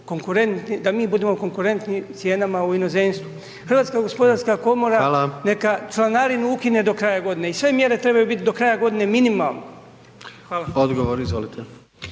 da mi budemo konkurentni cijenama u inozemstvu. Hrvatska gospodarska komora …/Upadica: Hvala./… neka članarinu ukine do kraja godine i sve mjere trebaju biti do kraja godine minimalne. Hvala.